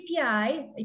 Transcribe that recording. API